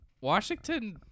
washington